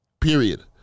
period